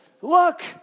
look